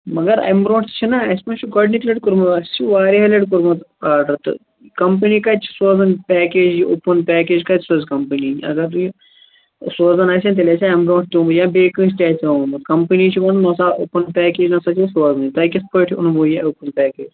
مگر اَمہِ برٛونٛٹھ چھِناہ اَسہِ ما چھِ گۄڈٕنِچ لَٹہِ کوٚرمُت اَسہِ چھِ واریاہ لَٹہِ کوٚرمُت آرڈر تہٕ کمپٔنی کَتہِ چھِ سوزن پیکیج اوٚپُن پیکیج کَتہِ سوزِ کمپٔنی اگر تُہۍ سوزان آسہِ ہَن تیٚلہِ آسہِ ہے اَمہِ برٛونٛٹھ تہِ آمُت یا بیٚیہِ کٲنٛسہِ تہِ آسہِ ہے آمُت کمپٔنی چھِ وَنان نسا اوٚپُن پیکیج نسا چھِ أسۍ سوزٕنٕے تۄہہِ کِتھٕ پٲٹھۍ اوٚنوٕ یہِ اوٚپُن پیکیج